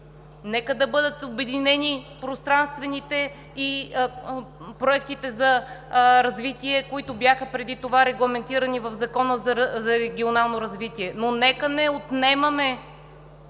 нека да бъдат обединени пространствените и проектите за развитие, които бяха преди това регламентирани в Закона за регионално развитие, но нека не отнемаме